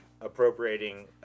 appropriating